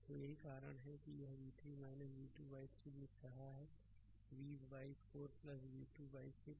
तो यही कारण है कि यह v3 v2 बाइ 3 लिख रहा है v 4 v2 बाइ6